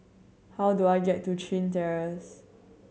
how do I get to Chin Terrace